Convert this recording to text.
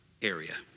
Area